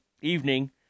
evening